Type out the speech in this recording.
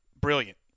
brilliant